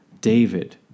David